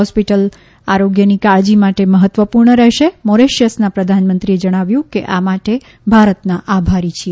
hospital આરોગ્યની કાળજી માટે મહત્વપૂર્ણ રહેશે મોરિશિયસના પ્રધાનમંત્રીએ જણાવ્યું કે આ માટે ભારતના આભારી છીએ